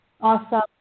Awesome